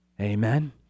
Amen